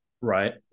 right